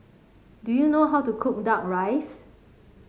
do you know how to cook duck rice